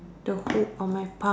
the hook on my palm